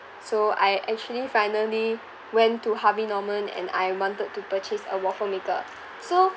so I actually finally went to Harvey Norman and I wanted to purchase a waffle maker so